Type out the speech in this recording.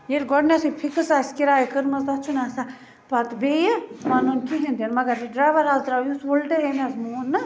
ییٚلہِ گۄڈنٮ۪تھٕے فِکٕس آسہِ کِراے کٔرمٕژ تَتھ چھُنہٕ آسان پَتہٕ بیٚیہِ وَنُن کِہیٖنۍ تہِ نہٕ مَگَر یہِ ڈرٛایوَر حظ درٛاو یُتھ وٕلٹہٕ أمۍ حظ مون نہٕ